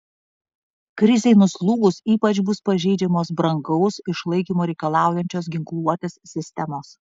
krizei nuslūgus ypač bus pažeidžiamos brangaus išlaikymo reikalaujančios ginkluotės sistemos